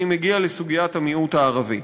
אני מגיע לסוגית המיעוט הערבי.